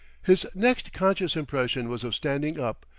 his next conscious impression was of standing up,